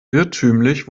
irrtümlich